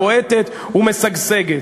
בועטת ומשגשגת.